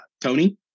Tony